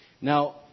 Now